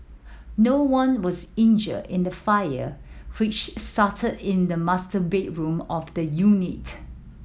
no one was injured in the fire which started in the master bedroom of the unit